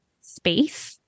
space